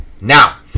Now